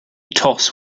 toss